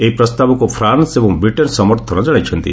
ଏହି ପ୍ରସ୍ତାବକୁ ଫ୍ରାନ୍ସ ଏବଂ ବ୍ରିଟେନ୍ ସମର୍ଥନ ଜଣାଇଛନ୍ତି